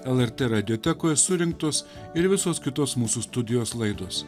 lrt radiotekoj surinktos ir visos kitos mūsų studijos laidos